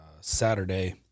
Saturday